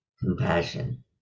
compassion